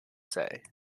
say